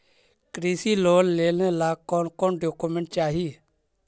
कृषि लोन लेने ला कोन कोन डोकोमेंट चाही?